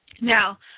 Now